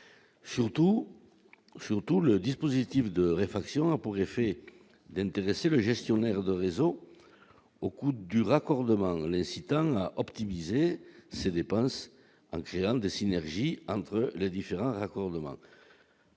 surtout, le dispositif de réflexion a pour effet d'intéresser le gestionnaire de réseau au coût du raccordement, l'incitant à optimiser ses dépenses en créant des synergies entre les différents accords.